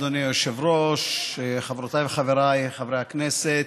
אדוני היושב-ראש, חברותיי וחבריי חברי הכנסת,